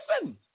listen